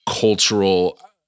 cultural